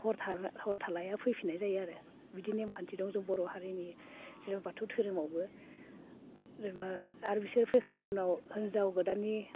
हर थालाया फैफिननाय जायो आरो बिदि नेम खान्थि दं जोंनि बर' हारिनि जोंनि बाथौ धोरोमावबो जेनेबा आरो बिसोर फैखांनायनि उनाव हिनजाव गोदाननि